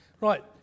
Right